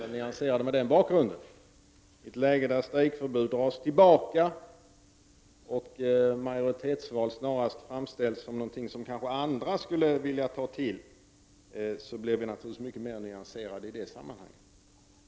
I ett läge där förslag om strejk förbud dras tillbaka och majoritetsval framställs snarast som någonting som andra är benägna att ta till blir vi naturligtvis mycket mer nyanserade.